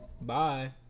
bye